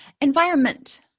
Environment